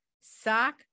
Sock